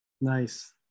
Nice